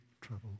trouble